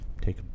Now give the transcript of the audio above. take